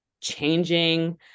changing